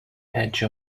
edge